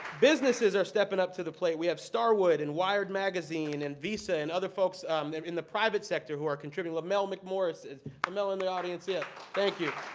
businesses are stepping up to the plate. we have starwood and wired magazine and visa and other folks in the private sector who are contributing. lamell mcmorris. is lamell in the audience? yeah thank you.